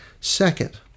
Second